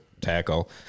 tackle